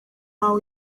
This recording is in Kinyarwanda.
wawe